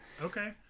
okay